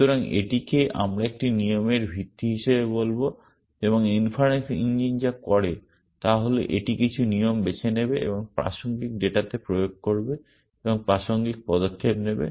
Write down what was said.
সুতরাং এটিকে আমরা একটি নিয়মের ভিত্তি হিসাবে বলব এবং ইনফারেন্স ইঞ্জিন যা করে তা হল এটি কিছু নিয়ম বেছে নেবে এবং প্রাসঙ্গিক ডেটাতে প্রয়োগ করবে এবং প্রাসঙ্গিক পদক্ষেপ নেবে